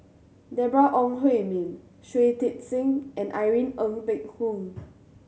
Deborah Ong Hui Min Shui Tit Sing and Irene Ng Phek Hoong